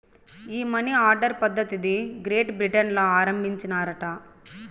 ఈ money order పద్ధతిది Great Britain ల ఆరంబించినారట